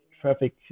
traffic